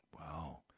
wow